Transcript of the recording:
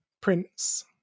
Prince